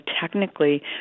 technically